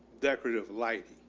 decorative lighting?